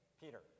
Peter